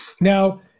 Now